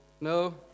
No